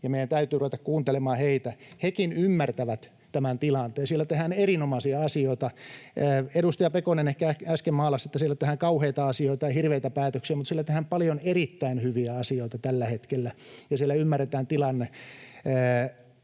ja meidän täytyy ruveta kuuntelemaan heitä. Hekin ymmärtävät tämän tilanteen. Siellä tehdään erinomaisia asioita. Edustaja Pekonen, ehkä äsken maalasitte, että siellä tehdään kauheita asioita ja hirveitä päätöksiä, mutta siellä tehdään paljon erittäin hyviä asioita tällä hetkellä ja siellä ymmärretään tilanne.